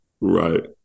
Right